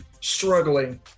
struggling